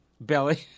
Belly